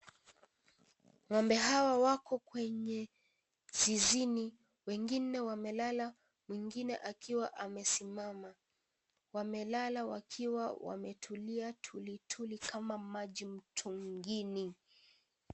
Ng'ombe hawa wako kwenye zizini, wengine wamelala, mwingine akiwa amesimama. Wamelala wakiwa wametulia tuli tuli kama maji mtungini.